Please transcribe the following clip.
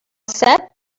set